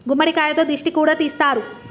గుమ్మడికాయతో దిష్టి కూడా తీస్తారు